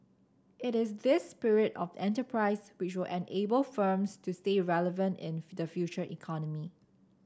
it is this spirit of enterprise which will enable firms to stay relevant in the Future Economy